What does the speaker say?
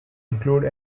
include